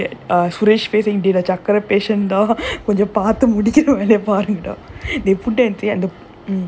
then they put that uh suresh facing patient கொஞ்சம் பார்த்து முடிச்சிட்டு வேண்டியதுதான்:konjam paarthu mudichittu vendiyathuthaan they put there mm